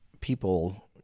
people